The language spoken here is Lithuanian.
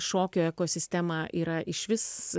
šokio ekosistema yra išvis